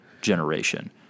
generation